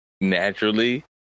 naturally